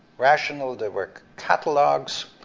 rational, there were catalogs,